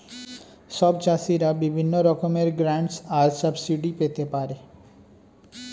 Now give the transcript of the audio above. সব চাষীরা বিভিন্ন রকমের গ্র্যান্টস আর সাবসিডি পেতে পারে